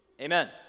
Amen